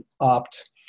opt